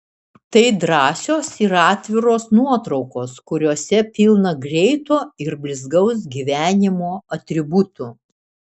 tai drąsios ir atviros nuotraukos kuriose pilna greito ir blizgaus gyvenimo atributų